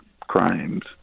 crimes